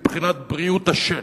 מבחינת בריאות השן.